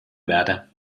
werde